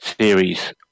series